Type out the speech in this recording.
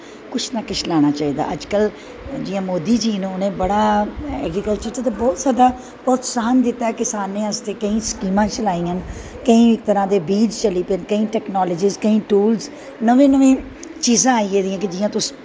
कुश ना कुश लाना चाही दा अज्ज कल जियां मोदी जी न उनैं ऐग्रीकल्चर बिच्च ते बड़ा प्रोत्साह्न दित्ता ऐ किसानें आस्तै कोेंई स्कीमां चलाईयां न केंई तरां दे बीज़ चली पे न केंई टैकनॉजी केंई टूल्स नमें नमें चीज़ां आई गेदियां जियां के तुस